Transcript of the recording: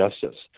justice